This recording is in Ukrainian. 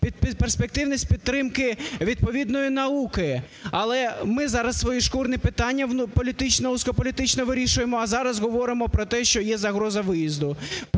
перспективність підтримки відповідної науки. Але ми зараз своє шкурне питання політичне, вузько-політичне, вирішуємо, а зараз говоримо про те, що є загроза виїзду.